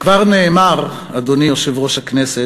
כבר נאמר, אדוני יושב-ראש הכנסת,